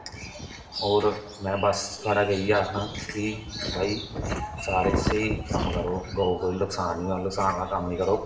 और में बस थुआढ़े अग्गै इयै आक्खना कि भाईसारे स्हेई कम्म करो गौ कोई नुक्सान नेई मतलब नुक्सान आहला कम्म नेई करो